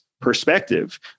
perspective